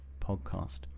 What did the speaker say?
podcast